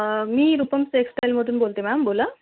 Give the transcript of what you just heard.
मी रुपम टेक्सटाईल्समधून बोलते मॅम बोला